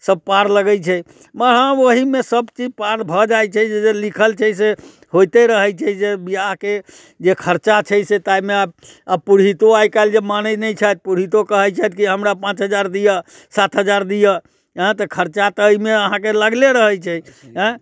सब पार लगैत छै माहमाहीमे सब चीज पार भऽ जाइत छै जे जे लिखल छै से होयते रहैत छै जे बिआहके जे खर्चा छै से ताहिमे आब पुरोहितो आइ काल्हि जे मानैत नहि छथि पुरोहितो कहैत छथि कि हमरा पाँच हजार दिअ सात हजार दिअ आयँ तऽ खर्चा तऽ एहिमे अहाँकेँ लगले रहैत छै आयँ